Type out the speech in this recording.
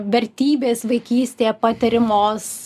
vertybės vaikystėje patiriamos